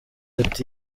ati